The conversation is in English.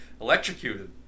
electrocuted